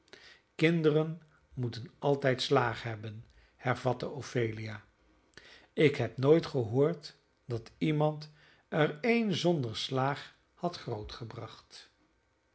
kinderen moeten altijd slaag hebben hervatte ophelia ik heb nooit gehoord dat iemand er een zonder slaag had grootgebracht